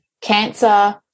cancer